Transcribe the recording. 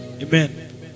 Amen